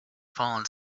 fallen